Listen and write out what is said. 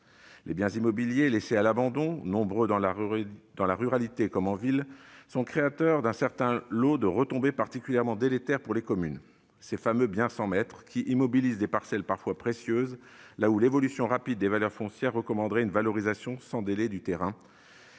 Les biens immobiliers laissés à l'abandon, nombreux dans la ruralité comme en ville, sont créateurs d'un certain lot de retombées particulièrement délétères pour les communes. Ces fameux « biens sans maître » immobilisent des parcelles parfois précieuses, là où l'évolution rapide des valeurs foncières recommanderait une valorisation sans délai du terrain.